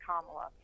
Kamala